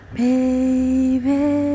baby